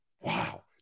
Wow